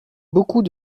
beaucoup